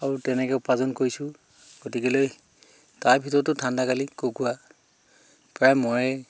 আৰু তেনেকৈ উপাৰ্জন কৰিছোঁ গতিকেলৈ তাৰ ভিতৰতো ঠাণ্ডাকালি কুকুৰা প্ৰায় মৰেই